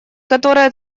которая